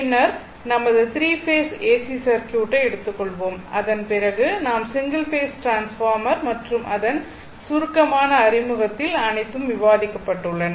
பின்னர் நமது three phase AC circuit ஐ எடுத்துக்கொள்வோம் அதன் பிறகு நாம் சிங்கிள் ஃபேஸ் டிரான்ஸ்பார்மர் மற்றும் அதன் சுருக்கமான அறிமுகத்தில் அனைத்தும் விவாதிக்கப்பட்டுள்ளன